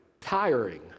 tiring